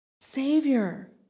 Savior